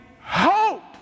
hope